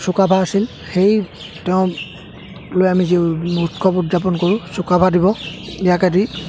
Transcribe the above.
চুকাফা আছিল সেই তেওঁক লৈ আমি যি উৎসৱ উদযাপন কৰোঁ চুকাফা দিৱস ইয়াকেদি